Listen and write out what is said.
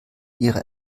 ihrer